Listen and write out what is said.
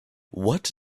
what